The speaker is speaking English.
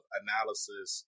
analysis